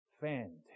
Fantastic